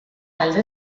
alde